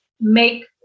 make